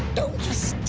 don't just